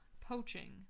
poaching